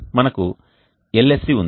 మనకు LSC ఉంది